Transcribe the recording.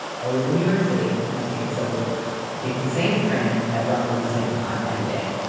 i live in new york city and i take the subway to work. i take the same train at roughly the same time every day.